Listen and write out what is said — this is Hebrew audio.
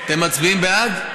אתם מצביעים בעד?